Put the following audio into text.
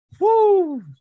Woo